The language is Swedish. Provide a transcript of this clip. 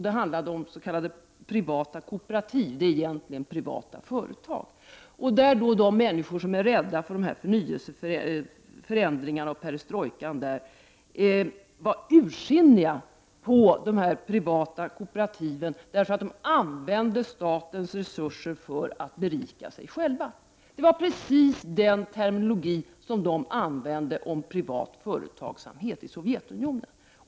Det handlade om s.k. privata kooperativ. Det är egentligen privata företag. De människor som är rädda för förändringarna och perestrojkan var ursinniga på de här privata kooperativen, för de använde statens resurser för att berika sig själva. Det var precis den terminologi som de använde om privat företagsamhet i Sovjetunionen.